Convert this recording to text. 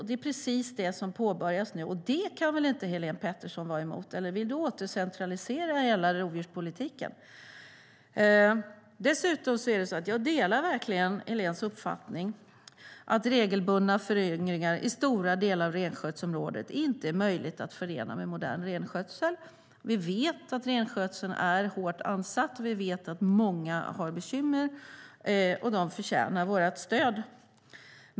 Det är precis det som påbörjas nu. Det kan väl Helén Pettersson inte vara emot? Eller vill hon återcentralisera hela rovdjurspolitiken? Jag delar verkligen Heléns uppfattning att regelbundna föryngringar i stora delar av renskötselområdet inte är möjliga att förena med modern renskötsel. Vi vet att renskötseln är hårt ansatt. Vi vet att många har bekymmer, och de förtjänar vårt stöd.